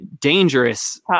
dangerous